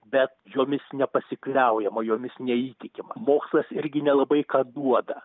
bet jomis nepasikliaujama jomis neįtikima mokslas irgi nelabai ką duoda